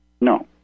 No